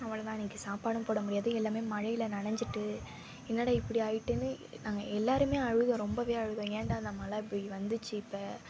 அவ்ளவுதான் இன்னைக்கு சாப்பாடும் போடமுடியாது எல்லாம் மழையில் நனைஞ்சிட்டு என்னடா இப்படி ஆகிட்டுனு நாங்கள் எல்லோருமே அழுதோம் ரொம்பவே அழுதோம் ஏன்டா இந்த மழை இப்படி வந்துச்சு இப்போ